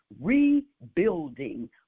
rebuilding